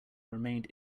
remained